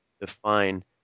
define